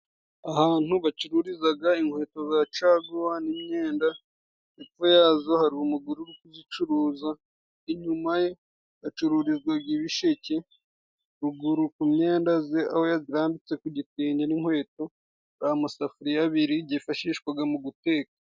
Ahantu bacururizaga inkweto za caguwa n'imyenda, epfo yazo hari umugore uri kuzicuruza. Inyuma ye hacururizwaga ibisheke, ruguru ku myenda ze aho yazirambitse ku gitenge n'inkweto, hari amasafuriya abiri yifashishwaga mu guteka.